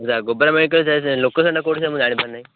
sir ଜାଣିପାରୁ ନାହିଁ